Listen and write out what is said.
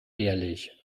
ehrlich